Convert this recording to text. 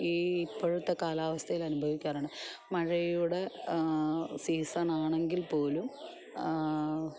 ഈ ഇപ്പോഴത്തെ കാലാവസ്ഥയിൽ അനുഭവിക്കാറുണ്ട് മഴയുടെ സീസൺ ആണെങ്കിൽ പോലും